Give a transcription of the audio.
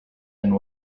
and